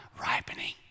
ripening